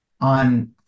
on